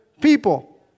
people